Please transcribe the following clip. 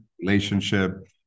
relationship